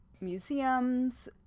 museums